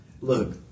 Look